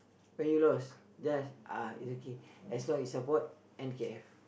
when you lose just uh as long you support N_K_F